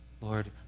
Lord